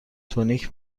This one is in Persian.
تونیک